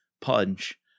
punch